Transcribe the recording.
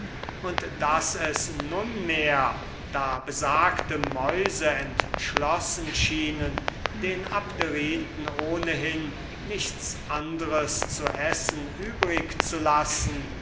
und daß es nunmehr da besagte mäuse entschlossen schienen den abderiten ohnehin nichts anders zu essen übrig zu lassen